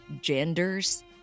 genders